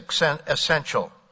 essential